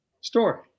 story